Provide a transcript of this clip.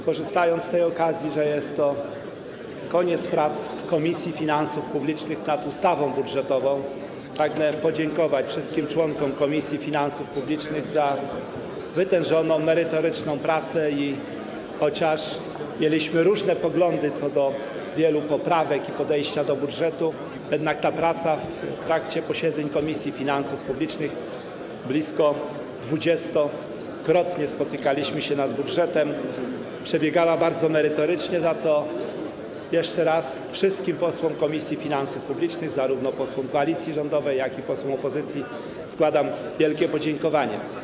Korzystając z tej okazji, że jest to koniec prac Komisji Finansów Publicznych nad ustawą budżetową, pragnę podziękować wszystkim członkom Komisji Finansów Publicznych za wytężoną, merytoryczną pracę i chociaż mieliśmy różne poglądy co do wielu poprawek i podejścia do budżetu, to jednak ta praca w trakcie posiedzeń Komisji Finansów Publicznych - blisko 20-krotnie spotykaliśmy się nad budżetem - przebiegała bardzo merytorycznie, za co jeszcze raz wszystkim posłom Komisji Finansów Publicznych, zarówno posłom koalicji rządowej, jak i posłom opozycji, składam wielkie podziękowanie.